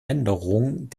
änderung